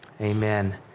Amen